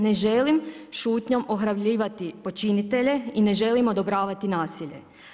Ne želim šutnjom ohrabljivati počinitelje i ne želim odobravati nasilje.